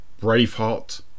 Braveheart